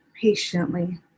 patiently